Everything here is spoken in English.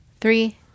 Three